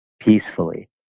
peacefully